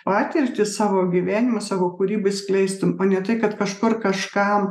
patirtį savo gyvenimą savo kūrybą išskleistum o ne tai kad kažkur kažką